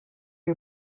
you